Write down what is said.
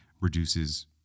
reduces